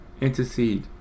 intercede